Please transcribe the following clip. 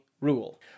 rule